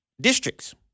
districts